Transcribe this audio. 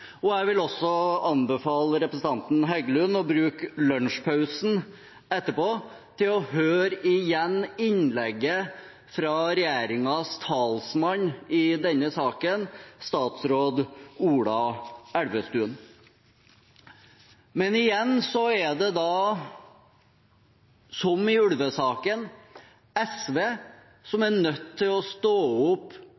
og jeg vil også anbefale representanten Heggelund å bruke lunsjpausen etterpå til å høre igjen innlegget fra regjeringens talsmann i denne saken, statsråd Ola Elvestuen. Igjen er det, som i ulvesaken, SV som